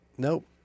Nope